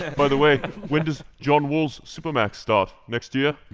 and by the way, when does john wall's supermax start? next year?